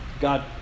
God